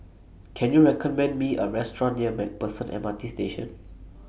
Can YOU recommend Me A Restaurant near MacPherson M R T Station